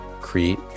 create